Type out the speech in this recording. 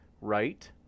right